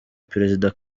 perezida